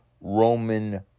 Roman